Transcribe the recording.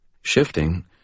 Shifting